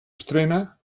estrena